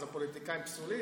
אז הפוליטיקאים פסולים?